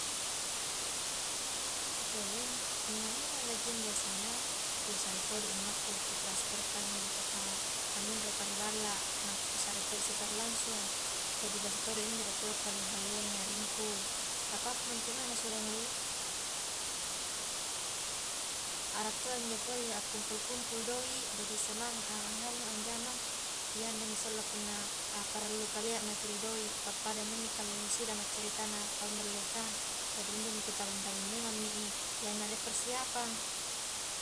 Nampa njo pole punna mainga gajian biasana, kusare todo i amaku kutransferkangi ataukah aminropa ri balla nampa kusare to i secara langsung, jadi biasa todo injo rie todo ku halli-halliangi aringku, apa-apa ntu mae nasuro halli a, ara toa njo pole akkumpul-kumpul doi jadi semangat a anganu anjama, iyananjo salla punna apparallu kaleamaki ri doi pappadami inni kalo wisudama ceritana tahun dallekang, jadi injomi kutabung-tabung memang mi i iyanare persiapan.